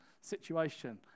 situation